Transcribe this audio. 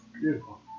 Beautiful